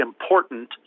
important